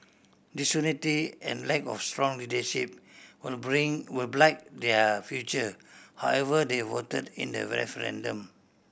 disunity and lack of strong leadership will bring will blight their future however they voted in the referendum